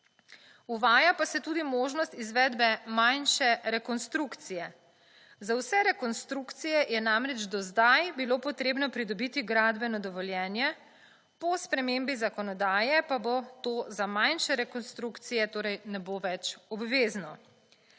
Uvaja pa se tudi možnost izvedbe manjše rekonstrukcije. Za vse rekonstrukcije je namreč do sedaj bilo potrebno pridobiti gradbeno dovoljenje, po spremembi zakonodaje pa bo to za manjše rekonstrukcije, torej ne bo več obvezno.